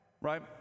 right